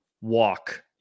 walk